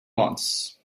wants